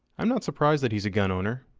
i'm not surprised that he's a gun owner,